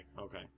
okay